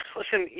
Listen